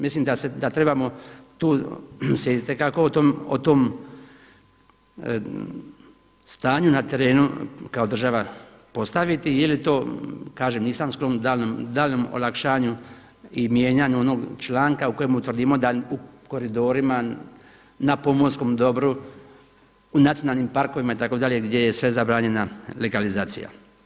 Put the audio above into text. Mislim da trebamo tu se itekako o tom stanju na terenu kao država postaviti ili to kažem nisam sklon daljnjem olakšanju i mijenjanju onog članka u kojemu tvrdimo da u koridorima na pomorskom dobru u nacionalnim parkovima itd. gdje je sve zabranjena legalizacija.